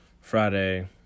Friday